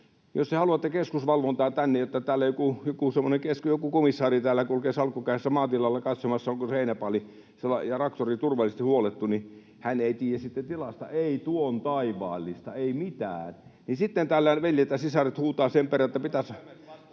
Jos te haluatte keskusvalvontaa tänne, jotta täällä joku semmoinen komissaari kulkee salkku kädessä maatilalla katsomassa, onko heinäpaali ja traktori turvallisesti huollettu, niin hän ei tiedä sitten tilasta tuon taivaallista, ei mitään, ja sitten täällä veljet ja sisaret huutavat sen perään, että pitäisi